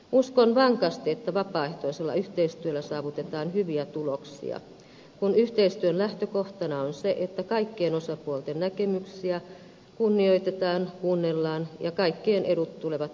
uskon vankasti että vapaaehtoisella yhteistyöllä saavutetaan hyviä tuloksia kun yhteistyön lähtökohtana on se että kaikkien osapuolten näkemyksiä kunnioitetaan kuunnellaan ja kaikkien edut tulevat huomioitua